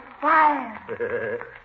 fire